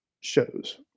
shows